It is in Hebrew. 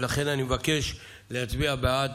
לכן אני מבקש להצביע בעד